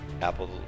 Apple